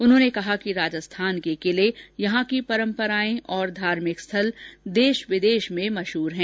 उन्होंने कहा कि राजस्थान के किले यहां की परम्पराएं और धार्मिक स्थल देश विदेश में काफी प्रसिद्ध है